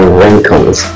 wrinkles